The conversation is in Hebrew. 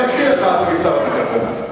אני אקריא לך, אדוני שר הביטחון,